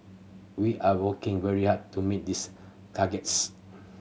we are working very hard to meet these targets